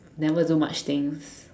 never do much things